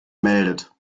meldet